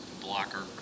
blocker